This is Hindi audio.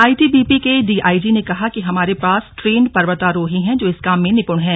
आईटीबीपी के डीआईजी ने कहा कि हमारे पास ट्रेंड पर्वतारोही है जो इस काम में निपुण है